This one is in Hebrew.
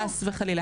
חס וחלילה,